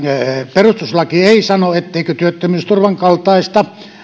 perustuslaki ei sano etteikö työttömyysturvan kaltaista